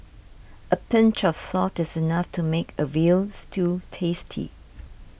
a pinch of salt is enough to make a Veal Stew tasty